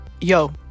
yo